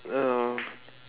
uh